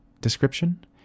description